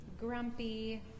Grumpy